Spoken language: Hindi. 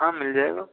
हाँ मिल जाएगा